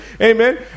Amen